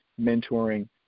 mentoring